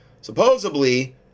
Supposedly